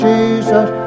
Jesus